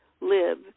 live